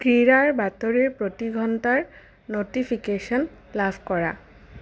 ক্ৰীড়াৰ বাতৰিৰ প্ৰতি ঘণ্টাৰ ন'টিফিকেশ্যন লাভ কৰা